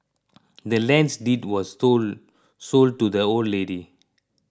the land's deed was sold sold to the old lady